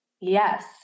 Yes